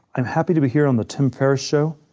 i'm happy to be here on the tim ferriss show.